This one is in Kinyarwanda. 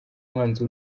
umwanzi